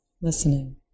listening